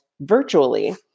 virtually